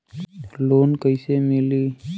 Loan कईसे मिली?